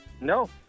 No